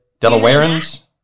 Delawareans